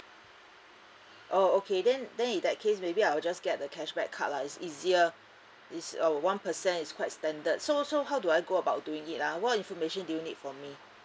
oh okay then then in that case maybe I'll just get the cashback card lah is easier it's a one percent is quite standard so so how do I go about doing it ah what information do you need from me